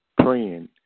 praying